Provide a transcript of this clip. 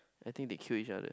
I think they killed each other